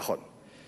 נכון.